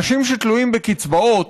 אנשים שתלויים בקצבאות,